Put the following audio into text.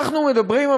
אנחנו מדברים,